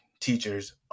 teachers